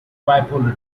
bipolar